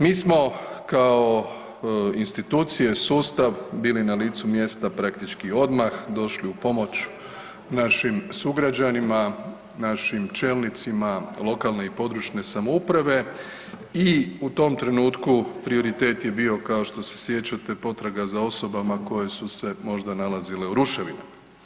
Mi smo kao institucije, sustav, bili na licu mjesta praktički odmah, došli u pomoć našim sugrađanima, našim čelnicima jedinica lokalne i područne samouprave i u tom trenutku prioritet je bio, kao što se sjećate, potraga za osobama koje su se možda nalazile u ruševinama.